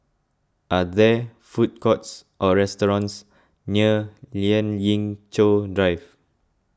are there food courts or restaurants near Lien Ying Chow Drive